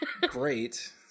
Great